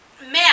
Man